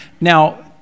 Now